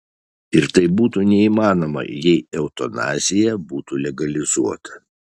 ir tai būtų neįmanoma jei eutanazija būtų legalizuota